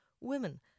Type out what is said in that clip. Women